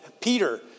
Peter